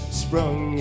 sprung